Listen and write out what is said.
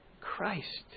Christ